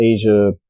Asia